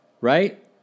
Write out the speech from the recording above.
Right